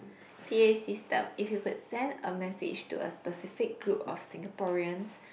p_a system if you could send a message to a specific group of Singaporeans